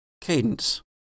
Cadence